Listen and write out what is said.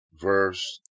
verse